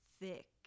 thick